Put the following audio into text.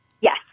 yes